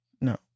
no